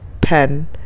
pen